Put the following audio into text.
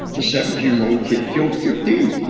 a seventeen year old kid killed fifteen.